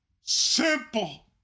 simple